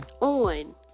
on